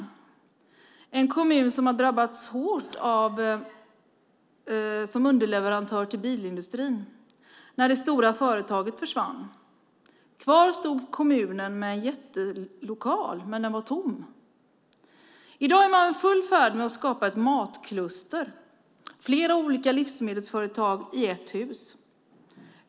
Det är en kommun som drabbades hårt när det stora företaget som var underleverantör till bilindustrin försvann. Kvar stod kommunen med en jättelokal som var tom. I dag är man i full färd med att skapa ett matkluster med flera olika livsmedelsföretag i ett hus.